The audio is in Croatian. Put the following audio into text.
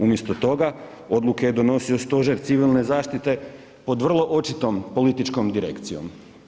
Umjesto toga odluke je donosio Stožer civilne zaštite pod vrlo očitom političkom direkcijom.